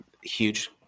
huge